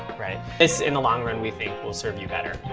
right? this, in the long run, we think, will serve you better.